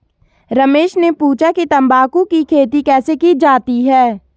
रमेश ने पूछा कि तंबाकू की खेती कैसे की जाती है?